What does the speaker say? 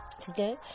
today